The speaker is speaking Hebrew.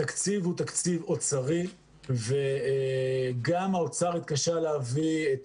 התקציב הוא תקציב אוצרו וגם האוצר התקשה להביא את